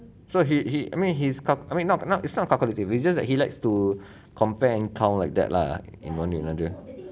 so he he I mean he's cal~ I mean not not it's not calculative it's just that he likes to compare and count like that lah in money in belanja